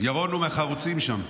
ירון הוא מהחרוצים שם.